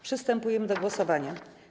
Przystępujemy do głosowania.